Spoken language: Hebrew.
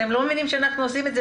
אתם לא מבינים שאנחנו עושים את זה